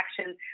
action